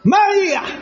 Maria